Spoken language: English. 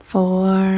four